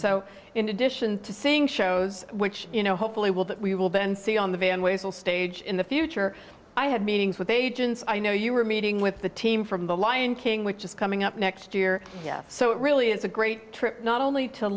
so in addition to seeing shows which you know hopefully will that we will then see on the van ways a stage in the future i had meetings with agents i know you were meeting with the team from the lion king which is coming up next year so it really is a great trip not only to